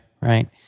right